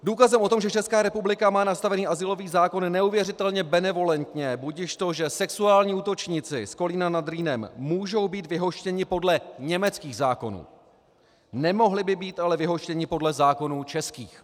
Důkazem o tom, že Česká republika má nastavený azylový zákon neuvěřitelně benevolentně, budiž to, že sexuální útočníci z Kolína nad Rýnem můžou být vyhoštěni podle německých zákonů, nemohli by být ale vyhoštěni podle zákonů českých.